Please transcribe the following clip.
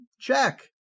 Check